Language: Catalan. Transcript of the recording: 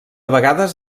vegades